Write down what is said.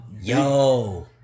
Yo